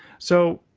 so,